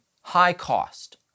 high-cost